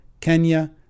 Kenya